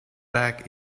back